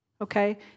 Okay